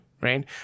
right